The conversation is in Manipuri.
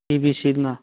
ꯄꯤ ꯚꯤ ꯁꯤꯅ